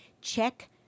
check